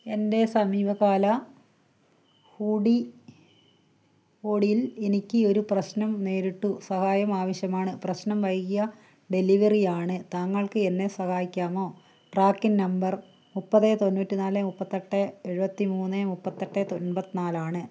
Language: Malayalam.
എൻ്റെ സമീപകാല ഹൂഡി ഓഡിയിൽ എനിക്ക് ഒരു പ്രശ്നം നേരിട്ടു സഹായം ആവശ്യമാണ് പ്രശ്നം വൈകിയ ഡെലിവറി ആണ് താങ്കൾക്ക് എന്നെ സഹായിക്കാമോ ട്രാക്കിംഗ് നമ്പർ മുപ്പത് തൊണ്ണൂറ്റിനാല് മുപ്പത്തിയെട്ട് എഴുപത്തിമൂന്ന് മുപ്പത്തിയെട്ട് എണ്പത്തിനാലാണ്